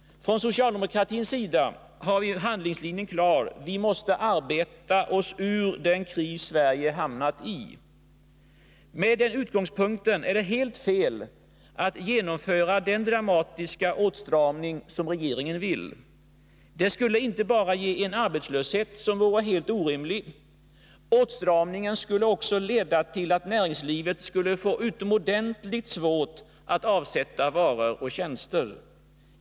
Från socialdemokratisk sida har vi handlingslinjen klar: Vi måste arbeta oss ur den kris Sverige har hamnat i. Med den utgångspunkten är det helt fel att genomföra den dramatiska åtstramning som regeringen vill. Det skulle inte bara ge en arbetslöshet som vore helt orimlig. Åtstramningen skulle också leda till att näringslivet skulle få utomordentligt svårt att avsätta varor och tjänster.